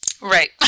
Right